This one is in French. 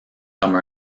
comme